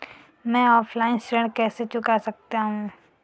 मैं ऑफलाइन ऋण कैसे चुका सकता हूँ?